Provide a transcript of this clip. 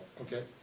Okay